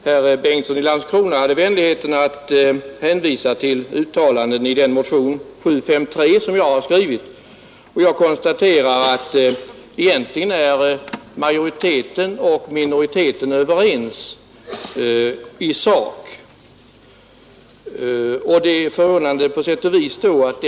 Herr talman! Herr Bengtsson i Landskrona hade vänligheten att hänvisa till uttalanden i motion 753 som jag har skrivit. Jag konstaterar att majoriteten och minoriteten egentligen är överens i sak.